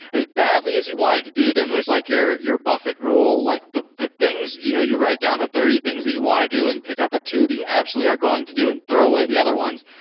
as badly as you wanted to do them, it was like your your buffet rule, like the the things you know you write down the thirty things that you want to do and pick up the two that you absolutely are going to do and throw away the other ones.